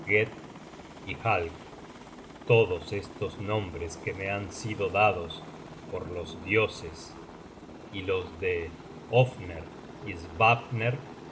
y jalk todos estos nombres que me han sido dados por los dioses y los de